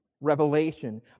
revelation